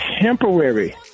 temporary